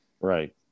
Right